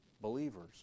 believers